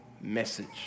message